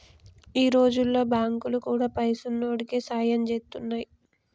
ఈ రోజుల్ల బాంకులు గూడా పైసున్నోడికే సాయం జేత్తున్నయ్